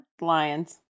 Lions